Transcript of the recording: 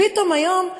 ופתאום היום,